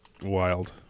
wild